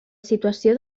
situació